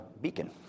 beacon